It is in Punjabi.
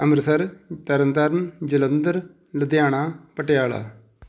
ਅੰਮ੍ਰਿਤਸਰ ਤਰਨ ਤਾਰਨ ਜਲੰਧਰ ਲੁਧਿਆਣਾ ਪਟਿਆਲਾ